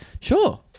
Sure